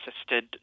assisted